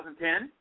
2010